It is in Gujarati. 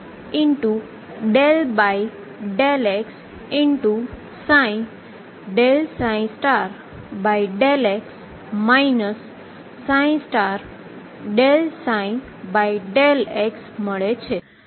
ઉપરના સમીકરણમાં jx એ 2mi∂ψ∂x ψ∂x સમીકરણ લખી શકીએ છીએ